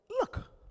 look